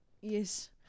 Yes